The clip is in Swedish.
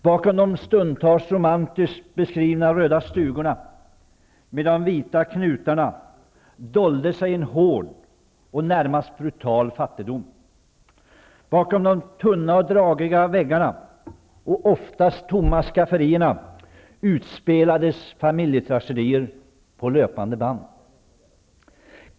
Bakom de stundtals romantiskt beskrivna röda stugorna med de vita knutarna dolde sig en hård och närmast brutal fattigdom. Bakom de tunna och dragiga väggarna och oftast tomma skafferierna utspelades familjetragedier på löpande band.